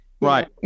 Right